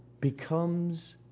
becomes